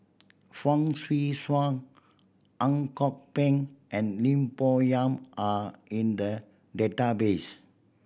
Fong Swee Suan Ang Kok Peng and Lim Bo Yam are in the database